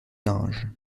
linge